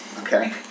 Okay